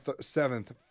seventh